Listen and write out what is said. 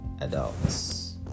adults